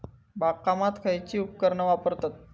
बागकामाक खयची उपकरणा वापरतत?